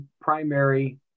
primary